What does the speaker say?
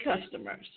customers